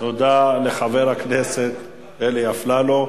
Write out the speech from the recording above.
תודה לחבר הכנסת אלי אפללו.